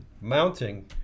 Mounting